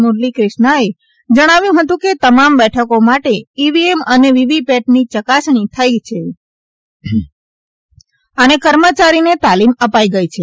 મુરલીક્રિષ્નાએ જણાવાયું હતું કે તમામ બેઠકો માટે ઈવીએમ અને વીવીપેટની ચકાસણી થઈ ગઈ છે અને કર્મચારીને તાલિમ અપાઈ ગઈ છે